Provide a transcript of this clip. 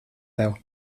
tev